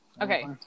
Okay